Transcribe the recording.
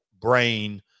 brain